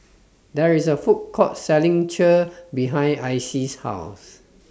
There IS A Food Court Selling Kheer behind Icy's House